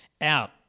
out